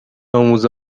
آموز